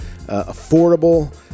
affordable